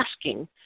asking